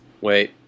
Wait